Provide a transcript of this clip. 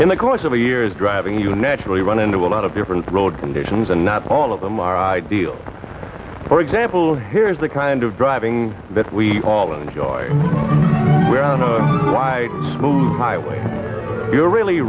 in the course of a year is driving you naturally run into a lot of different road conditions and not all of them are ideal for example here's the kind of driving that we all enjoy my school my way you're really